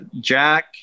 Jack